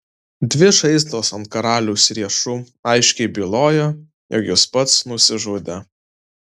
dvi žaizdos ant karaliaus riešų aiškiai bylojo jog jis pats nusižudė